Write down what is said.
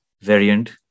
variant